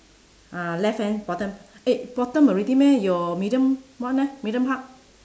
uh left hand bottom eh bottom already meh your medium one leh medium part